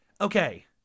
Okay